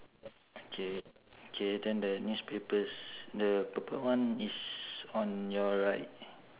okay K then the newspapers the purple one is on your right